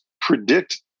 predict